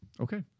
Okay